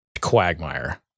quagmire